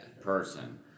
person